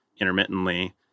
intermittently